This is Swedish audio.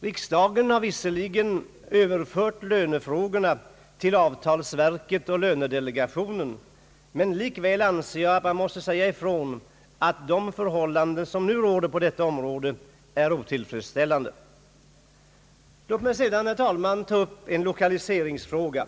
Riksdagen har visserligen överfört lönefrågorna till avtalsverket och lönedelegationen, men likväl anser jag att man måste säga ifrån att de förhållanden som nu råder på detta område är otillfredsställande. Låt mig sedan, herr talman, ta upp en lokaliseringsfråga.